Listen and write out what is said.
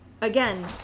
Again